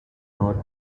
north